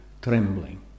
trembling